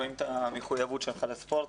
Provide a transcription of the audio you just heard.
רואים את המחויבות שלך לספורט,